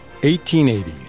1880